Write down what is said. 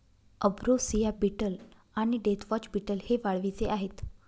ambrosia beetle आणि deathwatch beetle हे वाळवीचे आहेत